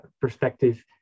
perspective